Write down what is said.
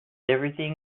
everything